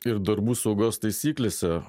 ir darbų saugos taisyklėse